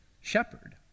Shepherd